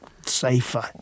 safer